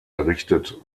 errichtet